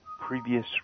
previous